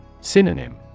Synonym